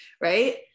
Right